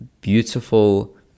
beautiful